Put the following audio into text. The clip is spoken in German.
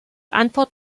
antwort